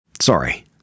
sorry